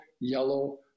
yellow